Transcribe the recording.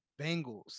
Bengals